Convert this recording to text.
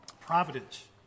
providence